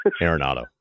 arenado